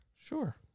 Sure